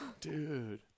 Dude